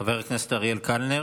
חבר הכנסת אריאל קלנר,